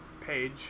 page